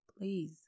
please